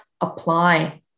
apply